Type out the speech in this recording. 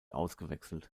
ausgewechselt